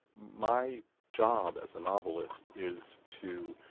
my job as a novelist is to